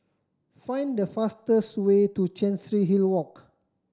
find the fastest way to Chancery Hill Walk